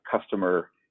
customer